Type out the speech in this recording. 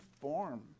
form